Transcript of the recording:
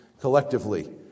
collectively